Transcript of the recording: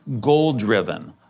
goal-driven